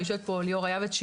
יושבת פה ליאורה יעבץ,